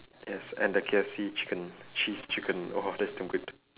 yes and the K_F_C chicken cheese chicken !wah! that's damn good